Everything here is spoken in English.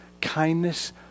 kindness